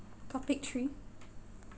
topic three